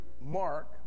Mark